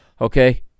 Okay